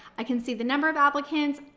i can see the number of applicants,